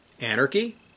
Anarchy